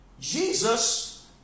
Jesus